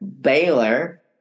Baylor